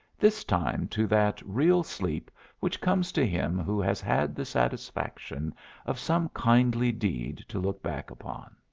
this time to that real sleep which comes to him who has had the satisfaction of some kindly deed to look back upon.